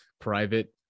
private